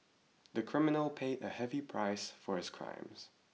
the criminal paid a heavy price for his crimes